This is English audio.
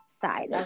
side